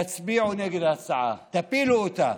תצביעו נגד ההצעה, תפילו אותה.